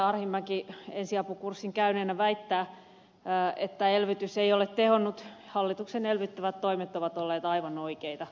arhinmäki ensiapukurssin käyneenä väittää että elvytys ei ole tehonnut hallituksen elvyttävät toimet ovat olleet aivan oikeita